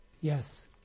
Yes